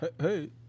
Hey